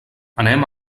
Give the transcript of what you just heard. anem